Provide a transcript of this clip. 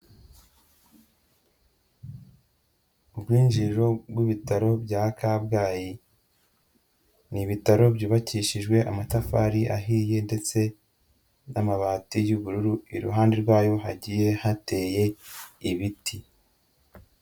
Ubwinjiriro bw'ibitaro bya Kabgayi, ni ibitaro byubakishijwe amatafari ahiye ndetse n'amabati y'ubururu, iruhande rwayo hagiye hateye ibiti.